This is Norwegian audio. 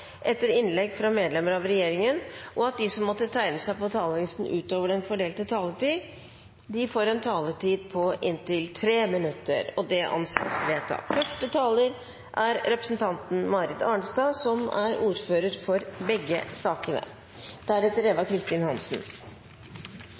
etter innlegg fra partienes hovedtalere og seks replikker med svar etter innlegg fra medlemmer av regjeringen innenfor den fordelte taletid. Videre blir det foreslått at de som måtte tegne seg på talerlisten utover den fordelte taletid, får en taletid på inntil 3 minutter. – Det anses vedtatt.